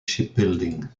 shipbuilding